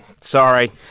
sorry